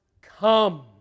come